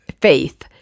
Faith